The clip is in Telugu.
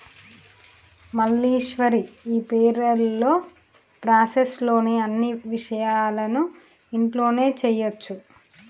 మల్లీశ్వరి ఈ పెరోల్ ప్రాసెస్ లోని అన్ని విపాయాలను ఇంట్లోనే చేయొచ్చు